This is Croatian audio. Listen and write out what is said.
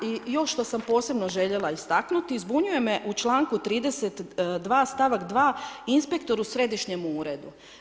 I još što sam posebno željela istaknuti zbunjuje me u članku 32. stavak 2. inspektor u središnjem uredu.